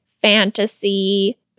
fantasy